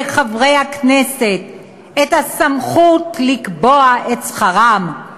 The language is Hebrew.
חברי הכנסת את הסמכות לקבוע את שכרם.